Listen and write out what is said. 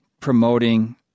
Promoting